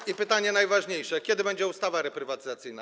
I pytanie najważniejsze: Kiedy będzie ustawa reprywatyzacyjna?